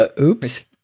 Oops